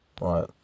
Right